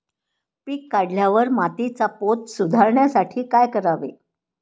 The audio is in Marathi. पीक काढल्यावर मातीचा पोत सुधारण्यासाठी काय करावे?